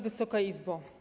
Wysoka Izbo!